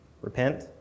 Repent